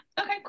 Okay